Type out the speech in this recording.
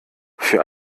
für